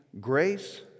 grace